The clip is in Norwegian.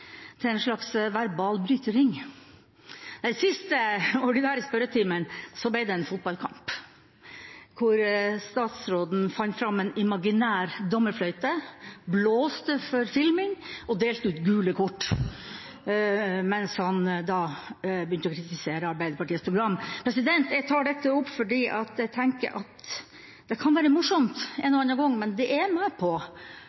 til en slags verbal brytering. I den siste ordinære spørretimen ble det en fotballkamp, hvor statsråden fant fram en imaginær dommerfløyte, blåste for filming og delte ut gule kort mens han kritiserte Arbeiderpartiets program. Jeg tar dette opp fordi jeg tenker at det kan være morsomt en og annen gang, men det er med på å